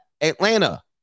atlanta